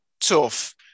tough